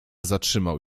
zatrzymał